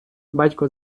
батько